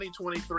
2023